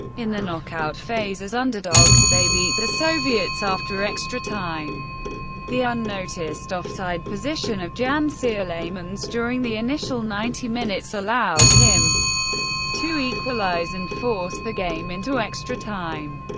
in the knockout phase as underdogs they beat the soviets after extra time the unnoticed offside position of jan ceulemans, during the initial ninety minutes, allowed him to equalise and force the game into extra time.